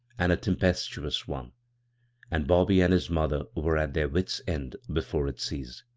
and a tempestuous one and bobby and his mother were at their wits' end before it ceased.